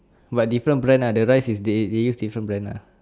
but different brand lah the rice is they they use different brand lah